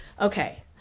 okay